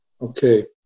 Okay